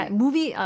movie